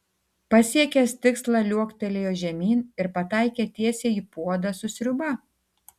pasiekęs tikslą liuoktelėjo žemyn ir pataikė tiesiai į puodą su sriuba